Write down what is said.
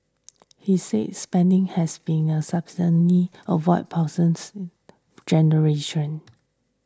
he said spending has be sustainable avoid passing generations